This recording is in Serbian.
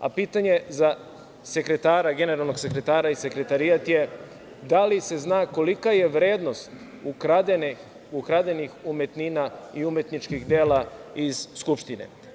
Pitanje za generalnog sekretara i sekretarijat je – da li se zna kolika je vrednost ukradenih umetnina i umetničkih dela iz Skupštine?